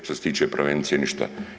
Što se tiče prevencije ništa.